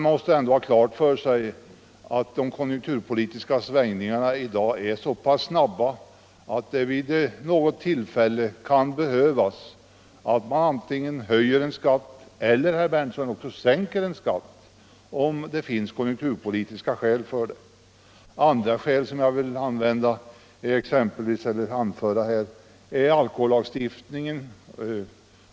Vi måste ändå ha klart för oss att de konjunkturpolitiska svängningarna i dag är så pass snabba att det vid något tillfälle kan behövas att man antingen höjer en skatt eller, herr Berndtson, sänker en skatt, om det finns konjunkturpolitiska skäl för det. Ett annat skäl som jag vill anföra är att man kan vilja ändra på skattesatserna inom alkohollagstiftningen.